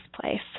place